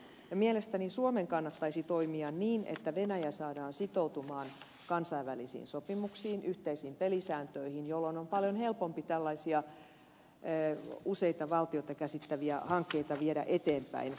mielestäni suomen kannattaisi toimia niin että venäjä saadaan sitoutumaan kansainvälisiin sopimuksiin yhteisiin pelisääntöihin jolloin on paljon helpompi tällaisia useita valtioita käsittäviä hankkeita viedä eteenpäin